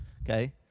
okay